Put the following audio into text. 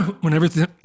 whenever